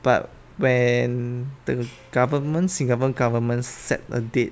but when the government singapore government set a date